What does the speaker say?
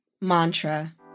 mantra